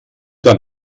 dann